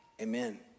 amen